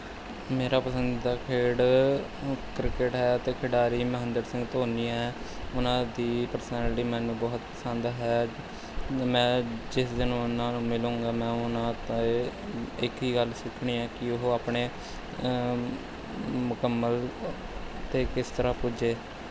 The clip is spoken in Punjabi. ਮੇਰਾ ਪਸੰਦੀਦਾ ਖੇਡ ਕ੍ਰਿਕਟ ਹੈ ਅਤੇ ਖਿਡਾਰੀ ਮਹਿੰਦਰ ਸਿੰਘ ਧੋਨੀ ਹੈ ਉਹਨਾਂ ਦੀ ਪਰਸਨੈਲਿਟੀ ਮੈਨੂੰ ਬਹੁਤ ਪਸੰਦ ਹੈ ਅਤੇ ਮੈਂ ਜਿਸ ਦਿਨ ਉਹਨਾਂ ਨੂੰ ਮਿਲਾਂਗਾ ਮੈਂ ਉਹਨਾਂ ਤੋਂ ਇੱਕ ਹੀ ਗੱਲ ਸਿੱਖਣੀ ਹੈ ਕਿ ਉਹ ਆਪਣੇ ਮੁਕੰਮਲ 'ਤੇ ਕਿਸ ਤਰ੍ਹਾਂ ਪੁੱਜੇ